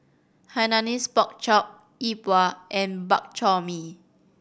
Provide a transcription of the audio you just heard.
Hainanese Pork Chop Yi Bua and Bak Chor Mee